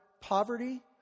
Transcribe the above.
poverty